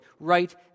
right